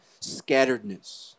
scatteredness